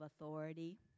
authority